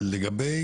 לגבי